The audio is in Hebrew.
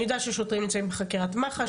אני יודעת ששוטרים נמצאים בחקירת מח"ש,